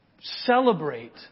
celebrate